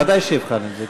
ודאי שאבחן את זה.